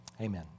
amen